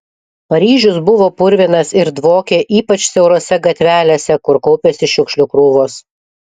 paryžius buvo purvinas ir dvokė ypač siaurose gatvelėse kur kaupėsi šiukšlių krūvos